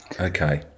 Okay